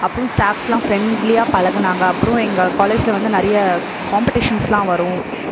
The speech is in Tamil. அப்புறம் ஸ்டாப்ஸ்லாம் ஃப்ரெண்ட்லியாக பழகினாங்க அப்புறம் எங்கள் காலேஜில் வந்து நிறைய காம்படீஷன்ஸ்லாம் வரும்